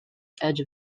edge